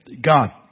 God